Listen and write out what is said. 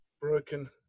broken